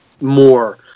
more